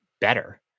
better